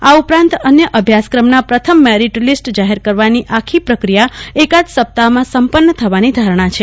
આ ઉપરાંત અન્ય અભ્યાસક્રમના પ્રથમ મેરીટ લીસ્ટ જાહેર કર વાની આખો પ્રક્રિયા એકાદ સપ્તાહમાં સંપન્ન થવાની ધારણા છે